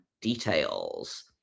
details